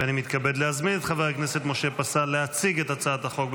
ואני מתכבד להזמין את חבר הכנסת משה פסל להציג את הצעת החוק.